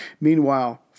Meanwhile